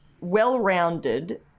well-rounded